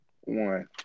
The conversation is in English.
One